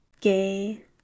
gay